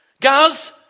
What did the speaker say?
Guys